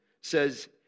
Says